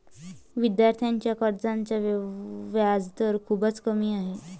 विद्यार्थ्यांच्या कर्जाचा व्याजदर खूपच कमी आहे